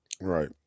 Right